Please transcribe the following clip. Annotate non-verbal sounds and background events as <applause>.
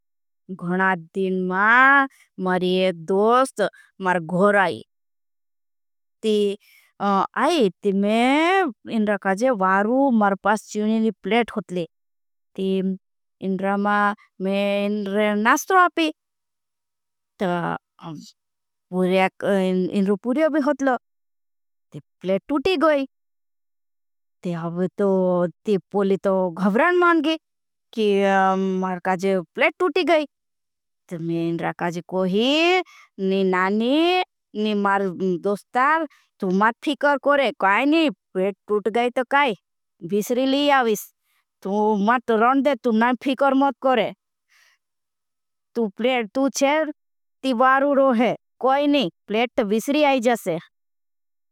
गुना दिन मा मारी दोस्त मार घोराई ती <hesitation> आई ती मैं इन्रा। काजे वारू मार पास चीज़िनी प्लेट होतले ती इन्रा मा मैं इन्रे नास्तर आपी। ता पूर्याक <hesitation> इन्रो पूर्याबे होतलो ती प्लेट तूटी गए ती। अब ती पूली तो घवरण मांगी कि मारी काजे प्लेट तूटी गए ती इन्रा। काजे कोही नानी नी मारी दोस्तार तू माई फिकर करे कौई नी प्लेट। तूट गए तो काई विश्री लियाविश तू माई तो रण दे तू माई फिकर मत। करे तू प्लेट तू छेर ती बारू रो है कौई नी प्लेट त विश्री आई जासे।